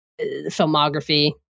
filmography